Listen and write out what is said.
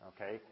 okay